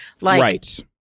Right